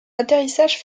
atterrissage